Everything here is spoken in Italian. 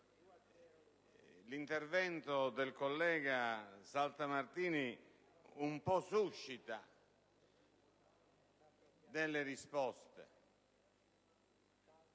l'intervento del collega Saltamartini un po' suscita l'esigenza